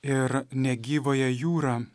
ir negyvąją jūrą